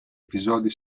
episodi